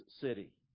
city